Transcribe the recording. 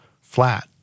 flat